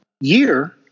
year